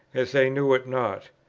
as they knew it not.